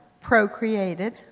procreated